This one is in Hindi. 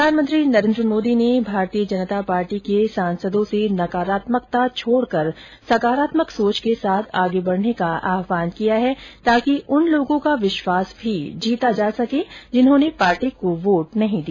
प्रधानमंत्री नरेद्र मोदी ने भारतीय जनता पार्टी के सांसदों से नकारात्मकता छोड़कर सकारात्मक सोच के साथ आगे बढ़ने का आहवान किया है ताकि उन लोगों का विश्वास भी जीता जा सके जिन्होंने पार्टी को वोट नहीं दिया